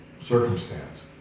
circumstance